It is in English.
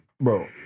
Bro